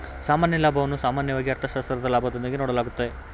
ಸಾಮಾನ್ಯ ಲಾಭವನ್ನು ಸಾಮಾನ್ಯವಾಗಿ ಅರ್ಥಶಾಸ್ತ್ರದ ಲಾಭದೊಂದಿಗೆ ನೋಡಲಾಗುತ್ತದೆ